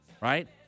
right